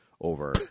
over